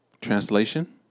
translation